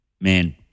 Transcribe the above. man